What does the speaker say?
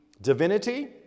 divinity